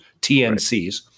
TNCs